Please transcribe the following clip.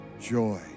joy